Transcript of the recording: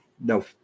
no